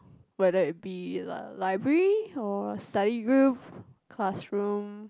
whether it be a library or study group classroom